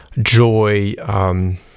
joy